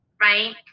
right